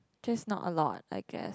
just not a lot I guess